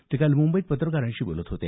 ते काल मुंबईत पत्रकारांशी बोलत होते